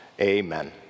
Amen